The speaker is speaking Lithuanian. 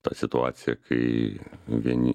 ta situacija kai vieni